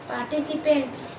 Participants